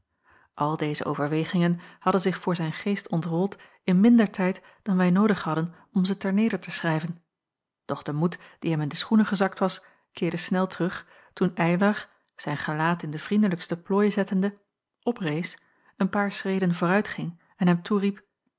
al deze overwegingen hadden zich voor zijn geest ontrold in minder tijd dan wij noodig hadden om ze ter neder te schrijven doch de moed die hem in de schoenen gezakt was keerde snel terug toen eylar zijn gelaat in den vriendelijksten plooi zettende oprees een paar schreden vooruitging en hem toeriep